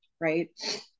right